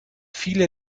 viele